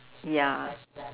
ya